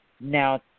Now